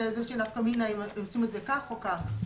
איזושהי נפקא מינה אם עושים את זה כך או כך,